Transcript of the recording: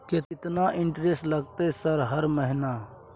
केतना इंटेरेस्ट लगतै सर हर महीना?